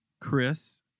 Chris